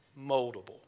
moldable